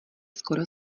skoro